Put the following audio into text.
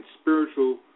Spiritual